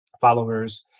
followers